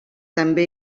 també